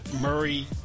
Murray